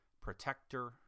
protector